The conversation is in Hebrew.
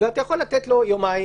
ואתה יכול לתת לו יומיים,